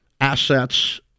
assets